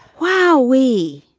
wow. we